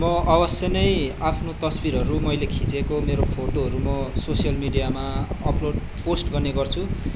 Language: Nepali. म अवश्य नै आफ्नो तस्विरहरू मैले खिचेको मेरो फोटोहरू म सोसियल मिडियामा अप्लोड पोस्ट गर्ने गर्छु